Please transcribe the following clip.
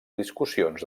discussions